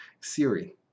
Siri